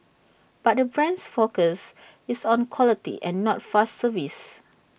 but the brand's focus is on quality and not fast service